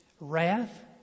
wrath